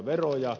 veroja